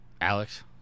Alex